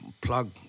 plug